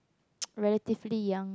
relatively young